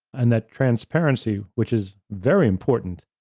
and that transparency, which is very important,